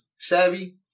Savvy